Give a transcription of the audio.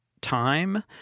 time